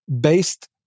based